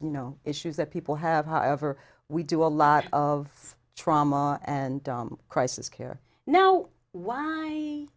you know issues that people have however we do a lot of trauma and crisis care now why